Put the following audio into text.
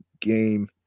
game